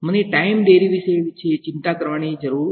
મને time derivatives વિશે ચિંતા કરવાની જરૂર નથી